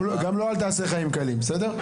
גם לו אל תעשה חיים קלים, בסדר?